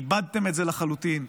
איבדתם את זה לחלוטין.